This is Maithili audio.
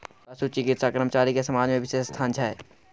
पशु चिकित्सा कर्मचारी के समाज में बिशेष स्थान छै